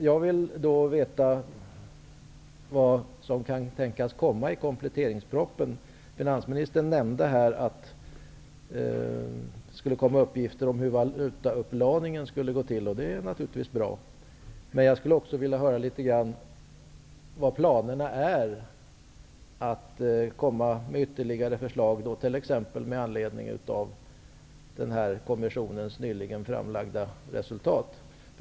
Jag vill veta vad som kan tänkas komma i kompletteringspropositionen. Finansministern nämnde att det skulle komma uppgifter om hur valutaupplåningen skulle gå till. Det är naturligtvis bra. Men jag skulle också vilja höra litet grand om vilka planerna är för att komma med ytterligare förslag, t.ex. med anledning av kommissionens nyligen framlagda resultat.